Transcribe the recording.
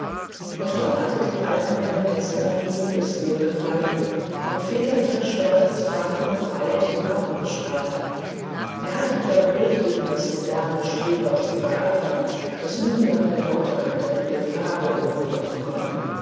und doch hatten dem alten manne gestern inniges wohlgefallen und väterlicher stolz frank und frei aus den augen gestrahlt er hatte wiederholt gegen das moderne strebertum geeifert das nie nach der lauterkeit der mittel frage um